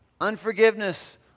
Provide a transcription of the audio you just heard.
Unforgiveness